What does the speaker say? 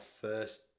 first